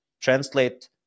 translate